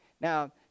now